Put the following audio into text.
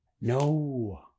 No